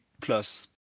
plus